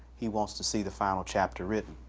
he wants to see the final chapter written,